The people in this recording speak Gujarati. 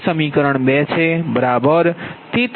આ સમીકરણ 2 છે બરાબર